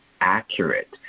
accurate